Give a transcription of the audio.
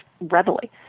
readily